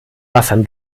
wassern